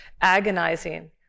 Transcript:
agonizing